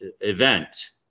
event